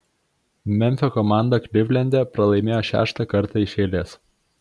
memfio komanda klivlende pralaimėjo šeštą kartą iš eilės